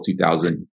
2000